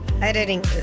editing